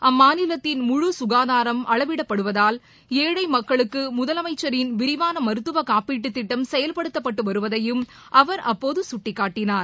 அம்மாநிலத்தின் குகாதாரம் அளவிடப்படுவதால் ஏழைமக்களுக்குமுதலமைச்சரின் முழ விரிவானமருத்துவகாப்பீட்டுதிட்டம் செயவ்படுத்தப்பட்டுவருவதையும் அவர் அப்போதுகட்டிக்காட்டினார்